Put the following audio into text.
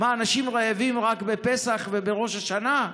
מה, אנשים רעבים רק בפסח ובראש השנה?